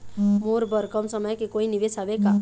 मोर बर कम समय के कोई निवेश हावे का?